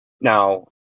Now